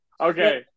okay